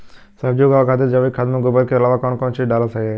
सब्जी उगावे खातिर जैविक खाद मे गोबर के अलाव कौन कौन चीज़ डालल सही रही?